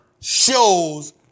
shows